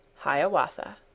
Hiawatha